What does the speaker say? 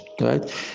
right